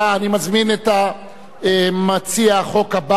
אני מזמין את מציע החוק הבא,